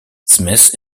smith